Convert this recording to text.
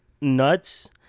nuts –